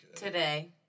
today